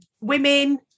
women